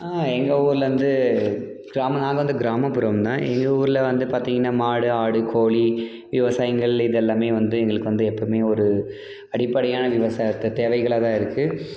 ஆ எங்கள் ஊரில் வந்து கிராமம்னால் வந்து கிராமப்புறம் தான் எங்கள் ஊரில் வந்து பார்த்தீங்கன்னா மாடு ஆடு கோழி விவசாயங்கள் இதெல்லாமே வந்து எங்களுக்கு வந்து எப்போவுமே ஒரு அடிப்படையான விவசாயத்தை தேவைகளாக தான் இருக்குது